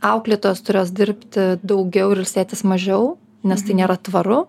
auklėtojos turės dirbti daugiau ilsėtis mažiau nes tai nėra tvaru